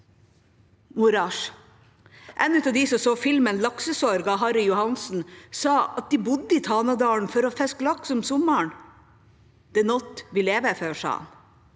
moras. En av dem som så filmen «Laksesorg» av Harry Johansen, sa at de bodde i Tanadalen for å fiske laks om sommeren. Det er noe vi lever for, sa han.